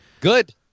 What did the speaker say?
Good